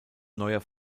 neuer